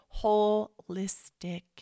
holistic